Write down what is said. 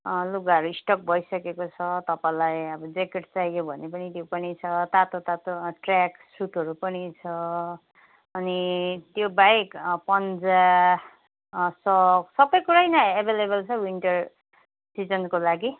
लुगाहरू स्टक भइसकेको छ तपाईँलाई अब ज्याकेट चाहियो भने पनि त्यो पनि छ तातो तातो ट्रयाक सुटहरू पनि छ अनि त्यो बाहेक पन्जा सक सबैकुरै नै एभाइलेबल छ विन्टर सिजनको लागि